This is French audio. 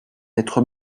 être